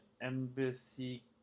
Embassy